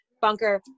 bunker